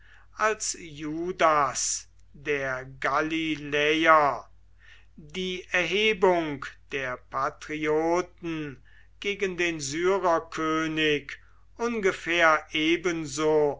als judas der galiläer die erhebung der patrioten gegen den syrerkönig ungefähr ebenso